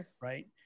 right